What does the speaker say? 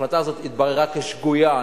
ההחלטה הזאת התבררה כשגויה.